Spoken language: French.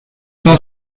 cent